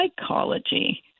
psychology